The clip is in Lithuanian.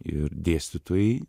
ir dėstytojai